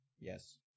Yes